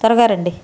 త్వరగా రండి